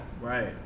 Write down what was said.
Right